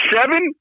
seven